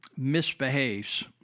misbehaves